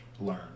learn